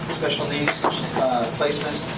special needs placements.